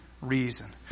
reason